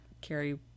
carry